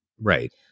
Right